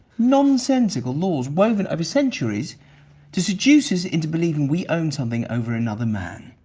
nonsensical laws woven over centuries to seduce us into believing we own something over another man.